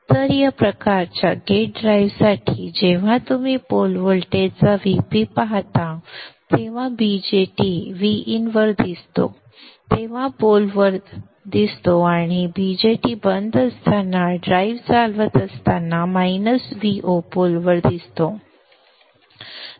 तर या प्रकारच्या गेट ड्राईव्हसाठी जेव्हा तुम्ही पोल व्होल्टेजचा Vp पाहता तेव्हा BJT Vin वर दिसतो तेव्हा पोलवर दिसतो आणि BJT बंद असताना ड्राईव्ह चालवत असताना मायनस Vo पोल वर दिसतो